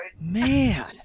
Man